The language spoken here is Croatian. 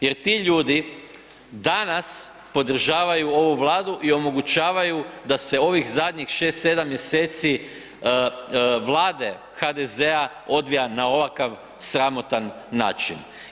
Jer ti ljudi danas podržavaju ovu Vladu i omogućavaju da se ovih zadnjih 6-7 mjeseci Vlade HDZ odvija na ovakav sramotan način.